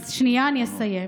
אז שנייה, אני אסיים.